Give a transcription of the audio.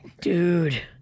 Dude